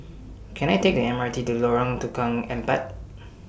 Can I Take The M R T to Lorong Tukang Empat